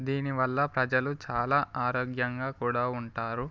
దీనివల్ల ప్రజలు చాలా ఆరోగ్యంగా కూడా ఉంటారు